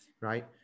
right